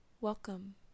Welcome